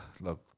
look